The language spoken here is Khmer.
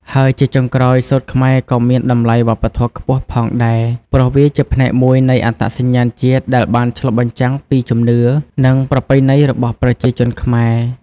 ហើយជាចុងក្រោយ សូត្រខ្មែរក៏មាន តម្លៃវប្បធម៌ខ្ពស់ ផងដែរ ព្រោះវាជាផ្នែកមួយនៃអត្តសញ្ញាណជាតិដែលបានឆ្លុះបញ្ចាំងពីជំនឿ និងប្រពៃណីរបស់ប្រជាជនខ្មែរ។